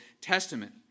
Testament